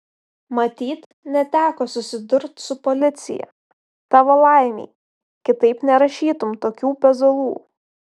matyt neteko susidurt su policija tavo laimei kitaip nerašytum tokių pezalų